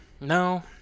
No